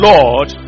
Lord